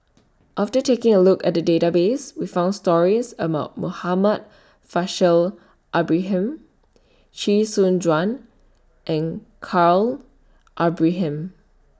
after taking A Look At The Database We found stories about Muhammad Faishal Ibrahim Chee Soon Juan and Khalil Ibrahim